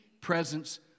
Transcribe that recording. presence